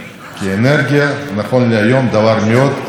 כמו שהשר יובל שטייניץ אמר,